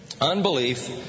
unbelief